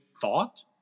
thought